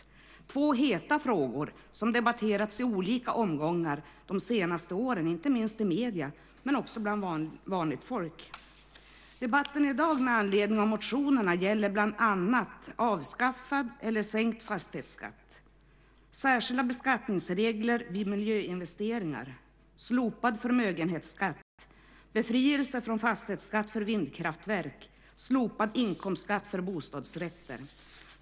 De är två heta frågor som har debatterats i olika omgångar de senaste åren, inte minst i medierna men också bland vanligt folk. Debatten i dag med anledning av motionerna gäller bland annat avskaffad eller sänkt fastighetsskatt, särskilda beskattningsregler vid miljöinvesteringar, slopad förmögenhetsskatt, befrielse från fastighetsskatt för vindkraftverk och slopad inkomstskatt för bostadsrätter.